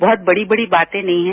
बहत बड़ी बड़ी बातें नहीं हैं